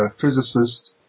physicist